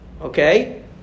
Okay